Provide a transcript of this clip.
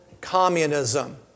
communism